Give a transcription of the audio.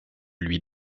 lui